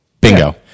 Bingo